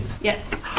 Yes